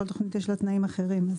ולכל תוכנית יש תנאים אחרים.